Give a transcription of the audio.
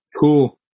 Cool